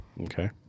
Okay